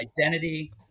identity